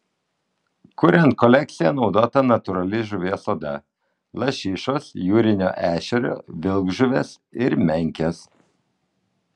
kuriant kolekciją naudota natūrali žuvies oda lašišos jūrinio ešerio vilkžuvės ir menkės